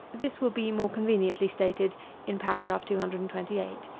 this will be more conveniently stated in paragraph two hundred and twenty eight.